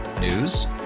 News